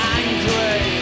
angry